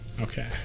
Okay